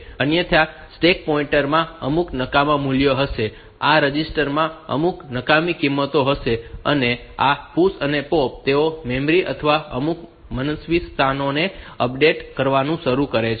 અન્યથા stack pointer માં અમુક નકામા મૂલ્યો હશે આ રજીસ્ટર માં અમુક નકામી કિંમત હશે અને આ PUSH POP તેઓ મેમરી અથવા અમુક મનસ્વી સ્થાનોને અપડેટ કરવાનું શરૂ કરશે